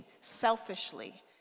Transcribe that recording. selfishly